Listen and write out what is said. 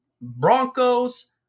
Broncos